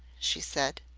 she said.